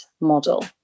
model